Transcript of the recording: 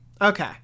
Okay